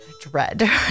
dread